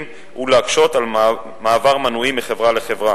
ולהקשות על מעבר מנויים מחברה לחברה.